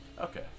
Okay